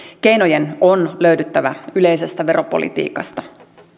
keinojen on löydyttävä yleisestä veropolitiikasta